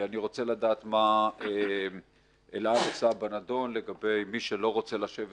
אני רוצה לדעת מה אל על עושה בנדון לגבי מי שלא רוצה לשבת